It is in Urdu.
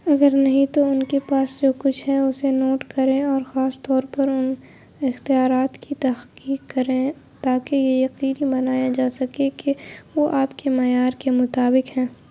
اگر نہیں تو ان کے پاس جو کچھ ہے اسے نوٹ کریں اور خاص طور پر ان اختیارات کی تحقیق کریں تاکہ یہ یقینی بنایا جا سکے کہ وہ آپ کے معیار کے مطابق ہیں